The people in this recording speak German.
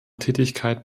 tätigkeit